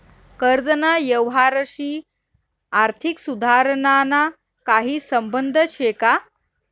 कर्जना यवहारशी आर्थिक सुधारणाना काही संबंध शे का?